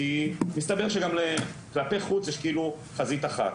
כי מסתבר שגם כלפי חוץ יש כאילו חזית אחת,